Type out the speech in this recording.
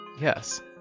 Yes